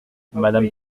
madame